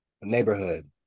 neighborhood